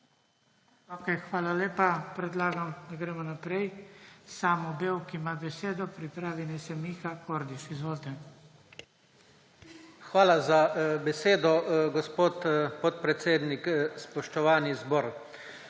Hvala za besedo, gospod podpredsednik. Spoštovani zbor!